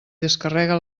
descarrega